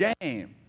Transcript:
game